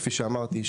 כפי שאמרתי,